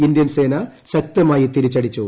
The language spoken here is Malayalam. ഇന്ത്യൻ സേന ശക്തമായി തിരിച്ചടിച്ചു